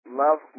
love